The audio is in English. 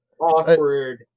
Awkward